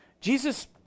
Jesus